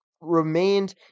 remained